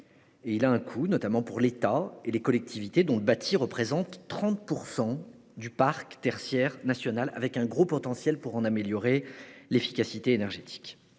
et il a un coût, notamment pour l'État et les collectivités dont le bâti représente 30 % du parc tertiaire national, avec un important potentiel d'amélioration de l'efficacité énergétique.